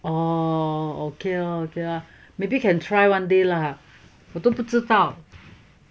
oh okay la okay lah maybe can try one day lah 我都不知道